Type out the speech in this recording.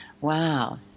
Wow